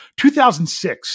2006